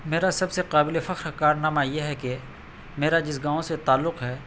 میرا سب سے قابل فخر کارنامہ یہ ہے کہ میرا جس گاؤں سے تعلق ہے